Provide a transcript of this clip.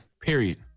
Period